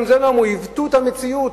הם עיוותו את המציאות,